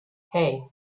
hey